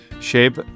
shape